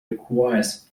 requires